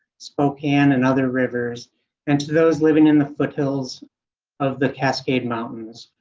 spokane, and other rivers and to those living in the foothills of the cascade mountains.